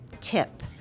Tip